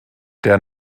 der